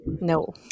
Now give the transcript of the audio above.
No